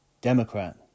Democrat